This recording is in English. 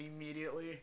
immediately